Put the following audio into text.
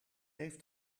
heeft